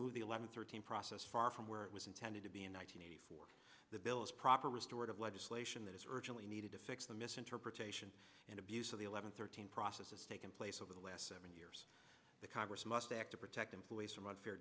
moved the eleven thirteen process far from where it was intended to be a nine hundred eighty four the bill is proper restored of legislation that is urgently needed to fix the misinterpretation and abuse of the eleven thirteen process has taken place over the last seven years the congress must act to protect employees from unfair